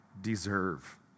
deserve